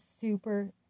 super